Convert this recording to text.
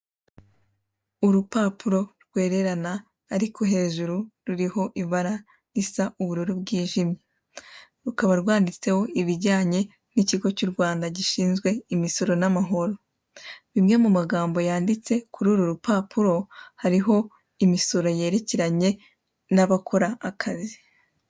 Urupapuro rwererana ariko hejuru ruriho ibara risa ubururu bwijimye, rukaba rwanditseho ibijyanye n'ikigo cy'u Rwanda gishinzwe imisoro n'amahoro, bimwe mu magambo yanditse kuri uru rupapuro hariho imisoro yerekeranye n'abakora akazi.